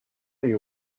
you